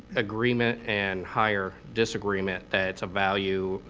agreement and higher disagreement, that it's a value,